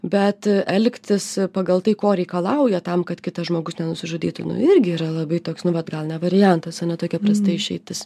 bet elgtis pagal tai ko reikalauja tam kad kitas žmogus nenusižudytų nu irgi yra labai toks nu vat gal ne variantas ane tokia prasta išeitis